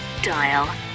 dial